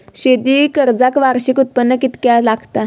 शेती कर्जाक वार्षिक उत्पन्न कितक्या लागता?